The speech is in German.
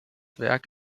werk